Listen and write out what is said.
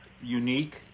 unique